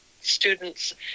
students